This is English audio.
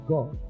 God